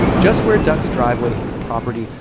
just where duck's driveway hit the property,